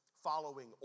following